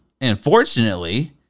Unfortunately